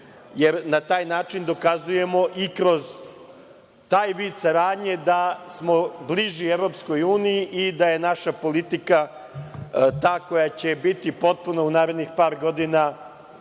jer na taj način dokazujemo i kroz taj vid saradnje da smo bliži EU i da je naša politika ta koja će biti potpuno u narednih par godina